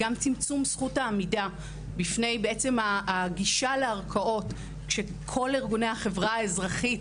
וגם זכות העמידה בפני הגישה לערכאות של כל ארגוני החברה האזרחית